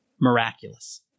miraculous